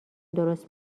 درست